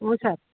ಹ್ಞೂ ಸರ್